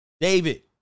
David